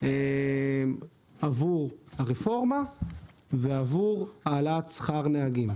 עבור הרפורמה ועבור העלאת שכר נהגים.